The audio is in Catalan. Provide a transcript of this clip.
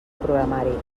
programari